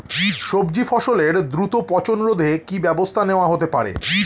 সবজি ফসলের দ্রুত পচন রোধে কি ব্যবস্থা নেয়া হতে পারে?